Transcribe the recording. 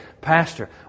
Pastor